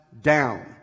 down